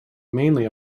mainly